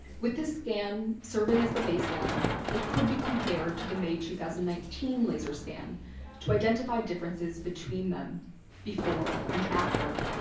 with this scan serving as the baseline, it could be compared to the may two thousand and nineteen laser scan to identify differences between them before and after.